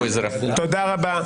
חברים, תודה רבה.